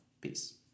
Peace